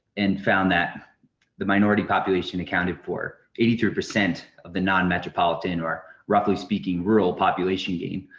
and found that the minority population accounted for eighty three percent of the non-metropolitan or, roughly-speaking, rural population gain.